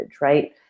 right